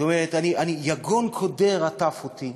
זאת אומרת, יגון קודר עטף אותי.